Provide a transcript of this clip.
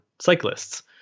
cyclists